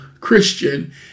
Christian